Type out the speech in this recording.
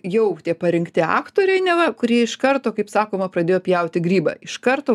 jau tie parinkti aktoriai neva kurie iš karto kaip sakoma pradėjo pjauti grybą iš karto